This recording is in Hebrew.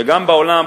גם בעולם,